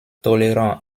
tolérant